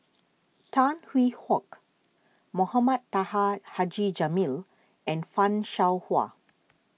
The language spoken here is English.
Tan Hwee Hock Mohamed Taha Haji Jamil and Fan Shao Hua